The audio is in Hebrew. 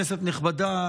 כנסת נכבדה,